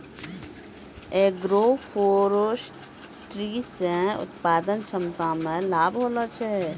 agroforestry से उत्पादन क्षमता मे लाभ होलो छै